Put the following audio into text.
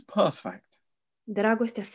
perfect